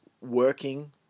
working